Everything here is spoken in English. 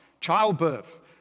childbirth